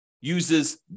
uses